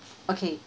okay